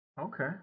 Okay